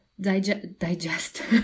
digest